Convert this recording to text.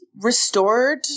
restored